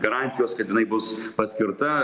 garantijos kad jinai bus paskirta